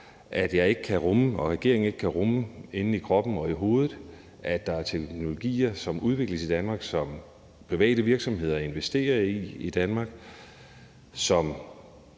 det så, at jeg og regeringen ikke kan rumme i kroppen og i hovedet, at der er teknologier, der udvikles i Danmark, som private virksomheder investerer i i Danmark, og